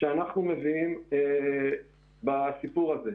שאנחנו מביאים בסיפור הזה.